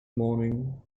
morning